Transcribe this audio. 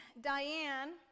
Diane